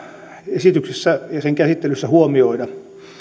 esityksessä ja sen käsittelyssä huomioida